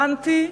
הבנתי,